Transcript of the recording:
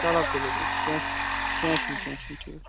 چَلو تُلِو تُلِو کیٚنٛہہ چھُنہٕ کیٚنٛہہ چھُنہٕ کیٚنٛہہ چھُنہٕ ٹھیٖک